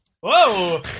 Whoa